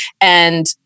And-